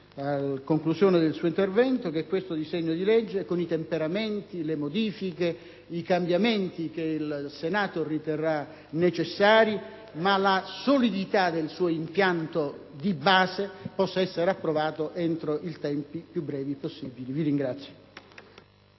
a conclusione del suo intervento, che il disegno di legge in esame, con i temperamenti, le modifiche e i cambiamenti che il Senato riterrà necessari, ma nella solidità del suo impianto di base, possa essere approvato entro i tempi più brevi possibili. *(Applausi